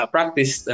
Practice